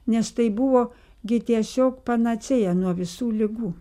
nes tai buvo gi tiesiog panacėja nuo visų ligų